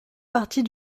partie